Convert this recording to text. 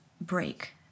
break